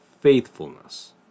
faithfulness